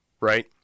Right